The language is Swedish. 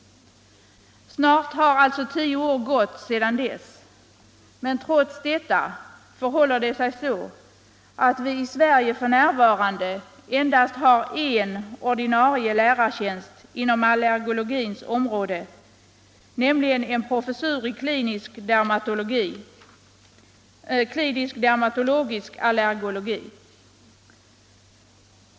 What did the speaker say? Snart har alltså tio år gått sedan dess, men trots detta har vi i Sverige f. n. endast en ordinarie lärartjänst inom allergologins område, nämligen en professur i klinisk dermatologisk allergologi.